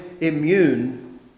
immune